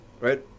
right